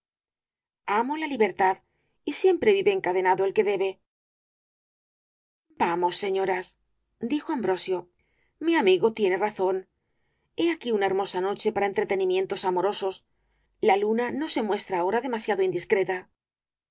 amo la libertad y siempre vive encadenado el que debe vamos señoras dijo ambrosio mi amigo tiene razón he aquí una hermosa noche para entretenimientos amorosos la duna no se muestra ahora demasiado indiscreta